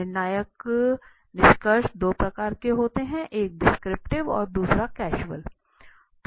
निर्णायक निष्कर्ष दो प्रकार के शोध होते हैं एक डिस्क्रिप्टिव और दूसरा कैज़ुअल है